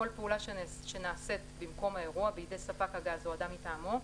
כל פעולה שנעשית במקום האירוע בידי ספק הגז או אדם מטעמו,